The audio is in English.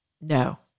No